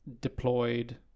deployed